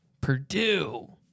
Purdue